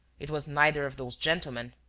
it was neither of those gentlemen.